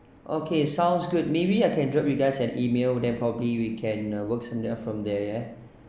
okay sounds good maybe I can drop you guys an email then probably we can work something out from there